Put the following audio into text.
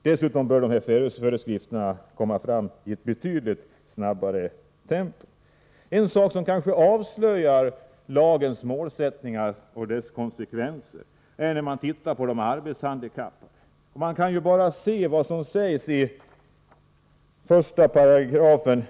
Dessutom bör föreskrifterna komma fram i ett betydligt snabbare tempo. Lagens målsättningar och konsekvenser avslöjas när man ser på de arbetshandikappades situation.